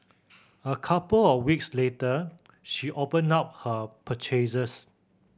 a couple of weeks later she opened up her purchases